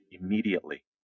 immediately